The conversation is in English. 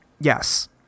Yes